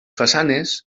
façanes